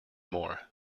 more